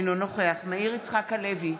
אינו נוכח מאיר יצחק הלוי,